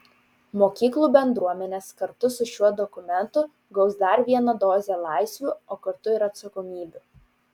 mokyklų bendruomenės kartu su šiuo dokumentu gaus dar vieną dozę laisvių o kartu ir atsakomybių